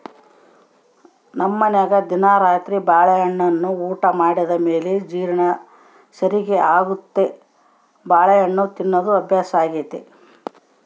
ನಮ್ಮನೆಗ ದಿನಾ ರಾತ್ರಿ ಬಾಳೆಹಣ್ಣನ್ನ ಊಟ ಮಾಡಿದ ಮೇಲೆ ಜೀರ್ಣ ಸರಿಗೆ ಆಗ್ಲೆಂತ ಬಾಳೆಹಣ್ಣು ತಿನ್ನೋದು ಅಭ್ಯಾಸಾಗೆತೆ